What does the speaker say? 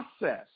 process